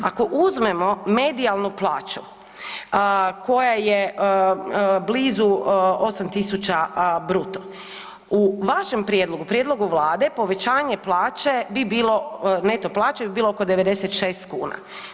Ako uzmemo medijalnu plaću, koja je blizu 8 tisuća bruto, u vašem prijedlogu, prijedlogu Vlade povećanje plaće bi bilo, neto plaće bi bilo oko 96 kuna.